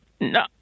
No